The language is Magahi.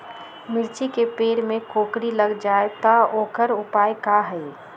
मिर्ची के पेड़ में कोकरी लग जाये त वोकर उपाय का होई?